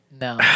No